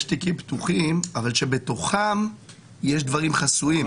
יש תיקים פתוחים אבל שבתוכם יש דברים חסויים,